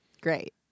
great